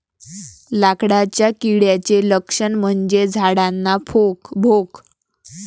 लाकडाच्या किड्याचे लक्षण म्हणजे झाडांना भोक